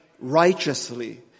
righteously